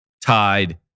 tied